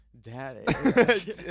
Daddy